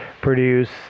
produce